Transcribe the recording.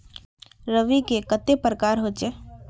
रवि के कते प्रकार होचे?